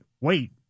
wait